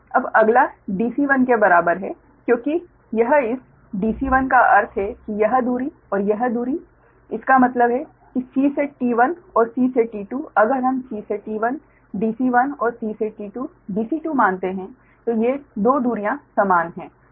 अब अगला Dc1 के बराबर है क्योंकि यह इस Dc1 का अर्थ है कि यह दूरी और यह दूरी इसका मतलब है कि C से T1 और c से T2 अगर हम C से T1 Dc1 और C से T2 Dc2 मानते हैं तो ये 2 दूरियां समान हैं